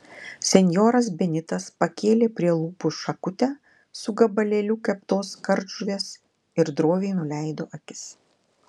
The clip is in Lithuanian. senjoras benitas pakėlė prie lūpų šakutę su gabalėliu keptos kardžuvės ir droviai nuleido akis